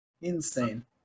Insane